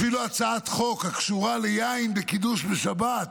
אפילו הצעת חוק הקשורה ליין לקידוש בשבת,